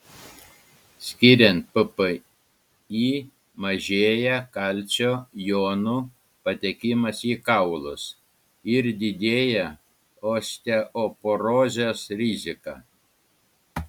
skiriant ppi mažėja kalcio jonų patekimas į kaulus ir didėja osteoporozės rizika